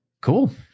Cool